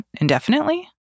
indefinitely